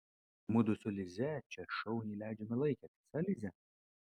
mudu su lize čia šauniai leidžiame laiką tiesa lize